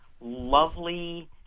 lovely